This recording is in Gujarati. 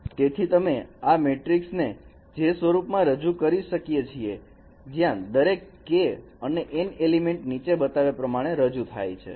તેથી અમે આ મેટ્રિક્સ ને સ્વરૂપમાં રજૂ કરી શકીએ છીએ જ્યાં દરેક k અને N એલિમેન્ટ નીચે બતાવ્યા પ્રમાણે રજૂ થાય છે